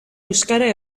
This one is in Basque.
euskara